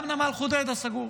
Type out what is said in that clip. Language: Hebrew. גם נמל חודיידה סגור,